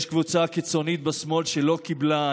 יש קבוצה קיצונית בשמאל שלא קיבלה.